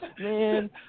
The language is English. man